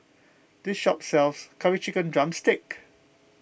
this shop sells Curry Chicken Drumstick